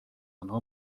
آنها